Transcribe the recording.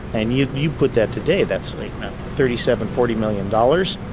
and you you put that today, that's thirty seven forty million dollars.